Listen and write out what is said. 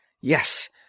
yes